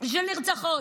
של נרצחות.